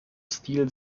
stil